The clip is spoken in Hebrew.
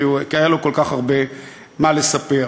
כי היה לו כל כך הרבה מה לספר.